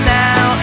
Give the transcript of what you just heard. now